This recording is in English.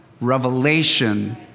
revelation